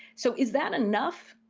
so, is that enough,